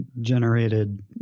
generated